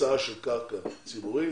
הקצאה של קרקע ציבורית,